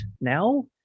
now